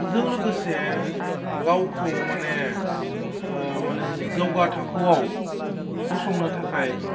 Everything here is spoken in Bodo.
जों लोगोसे गावखौ माने माने जौगा थाखोआव फसंनो थाखाय